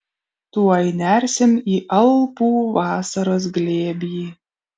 tuoj nersim į alpų vasaros glėbį